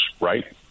right